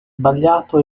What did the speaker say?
sbagliato